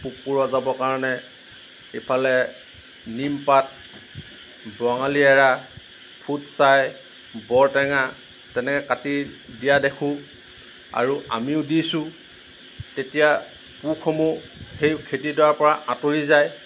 পোক পৰুৱা যাবৰ কাৰণে ইফালে নিমপাত বঙালী এৰা ফুটচাই বৰটেঙা তেনেকৈ কাটি দিয়া দেখোঁ আৰু আমিও দিছোঁ তেতিয়া পোকসমূহ সেই খেতিডৰাৰ পৰা আঁতৰি যায়